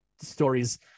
stories